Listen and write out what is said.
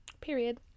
Period